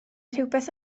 rhywbeth